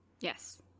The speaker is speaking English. Yes